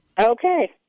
Okay